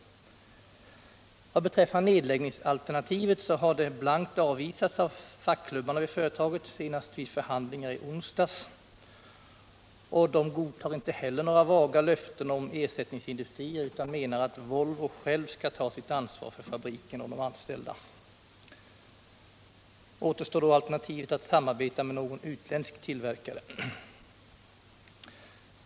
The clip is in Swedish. Vad beträffar nedläggningsalternativet så har det blankt avvisats av fackklubbarna vid företaget, senast vid förhandlingar i onsdags. De godtar inte heller några vaga löften om ersättningsindustrier utan menar att Volvo självt skall ta sitt ansvar för fabriken och de anställda. Återstår då alternativet att samarbeta med någon utländsk ullverkare.